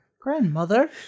grandmother